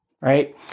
Right